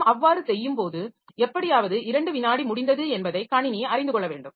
நாம் அவ்வாறு செய்யும்போது எப்படியாவது 2 விநாடி முடிந்தது என்பதை கணினி அறிந்து கொள்ள வேண்டும்